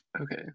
Okay